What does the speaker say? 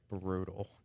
brutal